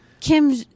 Kim